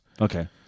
Okay